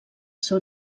seu